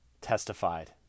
testified